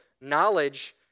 knowledge